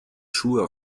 schuhe